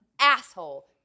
asshole